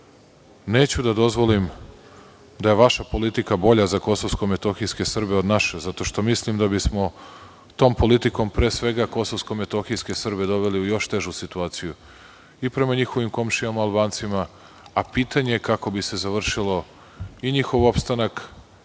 neću da dozvolim da vaša je vaša politika bolja za Kosovsko-metohijske Srbe od naše. Zato što mislim da bismo tom politikom, pre svega Kosovsko-metohijske Srbe doveli u još težu situaciju, i prema njihovim komšijama Albancima, a pitanje kako bi se završio i njihov opstanak